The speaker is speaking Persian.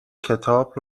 کتاب